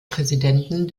präsidenten